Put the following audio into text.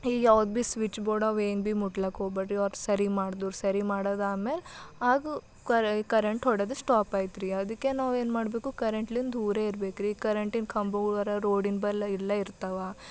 ಈಗ ಅವ್ರು ಭೀ ಸ್ವಿಚ್ ಬೋರ್ಡವ ಏನು ಭೀ ಮುಟ್ಟೋಕ್ಕೆ ಹೋಗ ಬೇಡ್ರಿ ಅವ್ರು ಸರಿ ಮಾಡ್ದವ್ರು ಸರಿ ಮಾಡಿದ ಆಮೇಲೆ ಆಗು ಕರೆಂಟ್ ಹೊಡೆದು ಸ್ಟಾಪ್ ಆಯ್ತರಿ ಅದಕ್ಕೆ ನಾವು ಏನ್ಮಾಡಬೇಕು ಕರೆಂಟ್ನಿಂದ ದೂರೇ ಇರಬೇಕ್ರಿ ಕರೆಂಟಿನ ಕಂಬಗಳರೆ ರೋಡಿನ ಬಲ್ಲಿ ಇಲ್ಲೇ ಇರ್ತಾವೆ